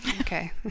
okay